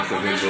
אני מקווה,